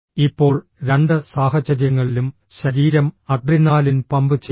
ഇപ്പോൾ രണ്ട് സാഹചര്യങ്ങളിലും ശരീരം അഡ്രിനാലിൻ പമ്പ് ചെയ്യും